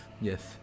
yes